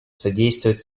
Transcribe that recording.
содействовать